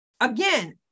again